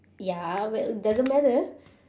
ya well doesn't matter